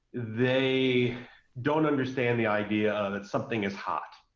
they don't understand the idea that something is hot.